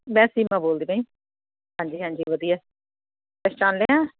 ਮੈਂ ਸੀਮਾ ਬੋਲਦੀ ਪਈ ਹਾਂਜੀ ਹਾਂਜੀ ਵਧੀਆ ਪਹਿਚਾਣ ਲਿਆ